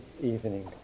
evening